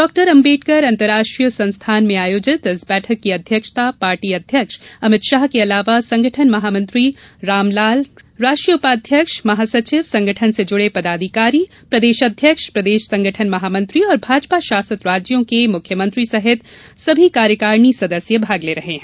doctor Ambedkar अंतर्राष्ट्रीय संस्थान में आयोजित इस बैठक की अध्यक्षता पार्टी अध्यक्ष अभित शाह के अलावा संगठन महामंत्री रामलाल राष्ट्रीय उपाध्यक्ष महासचिव संगठन से जुड़े पदाधिकारी प्रदेश अध्यक्ष प्रदेश संगठन महामंत्री और भाजपा शासित राज्यों के मुख्यमंत्री सहित सभी कार्यकारिणी सदस्य भाग ले रहे हैं